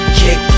kick